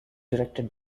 directed